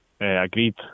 agreed